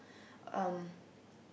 um